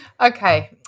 Okay